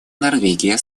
норвегия